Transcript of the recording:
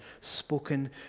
spoken